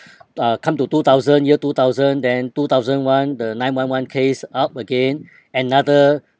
uh come to two thousand year two thousand then two thousand one the nine one one case up again another